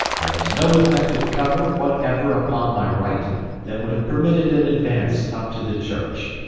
there was no effective cover whatever upon my right that would have permitted an advance up to the church,